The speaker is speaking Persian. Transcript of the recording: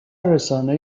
رسانه